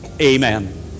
Amen